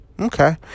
Okay